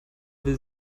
will